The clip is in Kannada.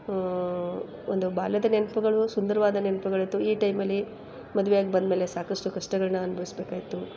ಹ್ಞೂ ಒಂದು ಬಾಲ್ಯದ ನೆನಪುಗಳು ಸುಂದರವಾದ ನೆನಪುಗಳಿತ್ತು ಈ ಟೈಮಲ್ಲಿ ಮದ್ವೆಯಾಗಿ ಬಂದಮೇಲೆ ಸಾಕಷ್ಟು ಕಷ್ಟಗಳನ್ನ ಅನುಭವಿಸ್ಬೇಕಾಯ್ತು